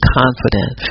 confident